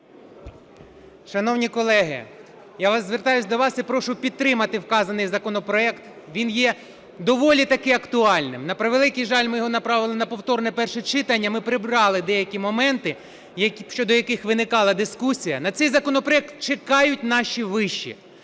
Шановні колеги, я звертаюсь до вас і прошу підтримати вказаний законопроект, він є доволі таки актуальним. На превеликий жаль, ми його направили на повторне перше читання, ми прибрали деякі моменти, щодо яких виникала дискусія. На цей законопроект чекають наші виші,